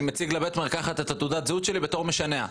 אני מציג לבית מרקחת את תעודת הזהות שלי בתור משנע.